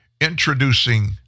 Introducing